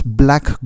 black